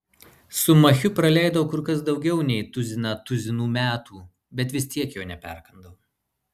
su machiu praleidau kur kas daugiau nei tuziną tuzinų metų bet vis tiek jo neperkandau